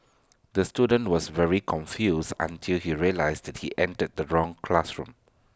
the student was very confused until he realised that he entered the wrong classroom